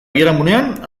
biharamunean